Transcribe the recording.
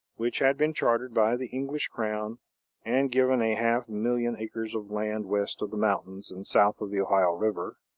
which had been chartered by the english crown and given a half-million acres of land west of the mountains and south of the ohio river,